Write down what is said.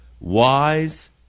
wise